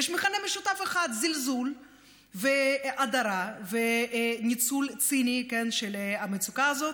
ויש מכנה משותף אחד: זלזול והדרה וניצול ציני של המצוקה הזאת,